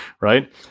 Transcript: right